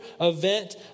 event